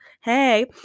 Hey